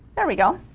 there we go